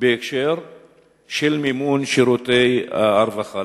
בהקשר של מימון שירותי הרווחה.